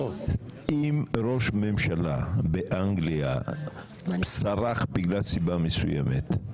אם ראש ממשלה באנגליה סרח מסיבה מסוימת,